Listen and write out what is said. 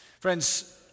Friends